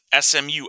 SMU